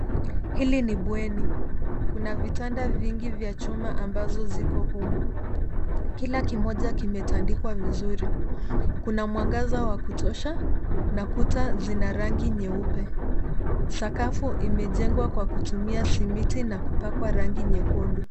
Hili ni bweni, kuna vitanda vingi vya chuma ambazo ziko humu. Kila kimoja kimetandikwa vizuri. Kuna mwangaza wa kutosha, na kuta zina rangi nyeupe. Sakafu imejengwa kwa kutumia simiti na kupakwa rangi nyekundu.